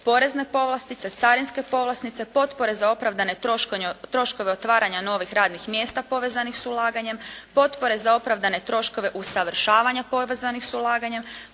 porezne povlastice, carinske povlastice, potpore za opravdane troškove otvaranja novih radnih mjesta povezanih s ulaganjem, potpore za opravdane troškove usavršavanja povezanih s ulaganjem,